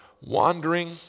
wandering